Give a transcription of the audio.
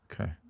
Okay